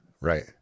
Right